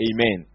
Amen